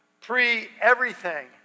pre-everything